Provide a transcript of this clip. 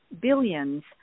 Billions